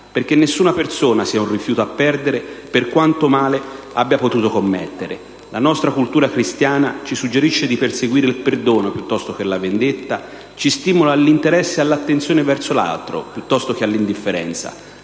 perché nessuna persona sia un rifiuto a perdere, per quanto male abbia potuto commettere. La nostra cultura cristiana ci suggerisce di perseguire il perdono piuttosto che la vendetta; ci stimola all'interesse e all'attenzione verso l'altro piuttosto che all'indifferenza.